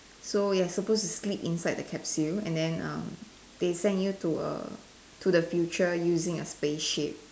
so you're supposed to sleep inside the capsule and then um they send you to err to the future using the space ship